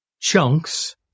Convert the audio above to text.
chunks